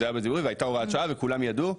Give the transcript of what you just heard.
והייתה הוראת שעה וכולם ידעו,